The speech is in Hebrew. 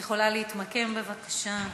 את יכולה להתמקם, בבקשה.